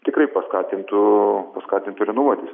tikrai paskatintų paskatintų renovuotis